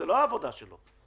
זאת לא העבודה שלו,